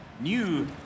new